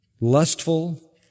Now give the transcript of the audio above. lustful